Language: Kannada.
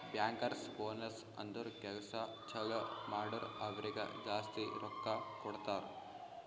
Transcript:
ಬ್ಯಾಂಕರ್ಸ್ ಬೋನಸ್ ಅಂದುರ್ ಕೆಲ್ಸಾ ಛಲೋ ಮಾಡುರ್ ಅವ್ರಿಗ ಜಾಸ್ತಿ ರೊಕ್ಕಾ ಕೊಡ್ತಾರ್